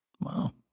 Wow